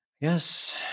Yes